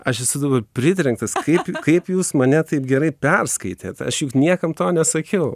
aš esu dabar pritrenktas kaip kaip jūs mane taip gerai perskaitėt aš juk niekam to nesakiau